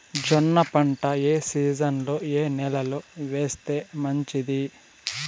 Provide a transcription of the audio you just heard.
జొన్న పంట ఏ సీజన్లో, ఏ నెల లో వేస్తే మంచిది?